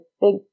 big